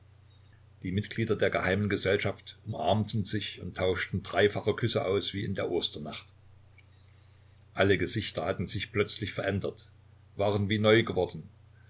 die mitglieder der geheimen gesellschaft umarmten sich und tauschten dreifache küsse aus wie in der osternacht alle gesichter hatten sich plötzlich verändert waren wie neu geworden